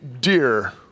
dear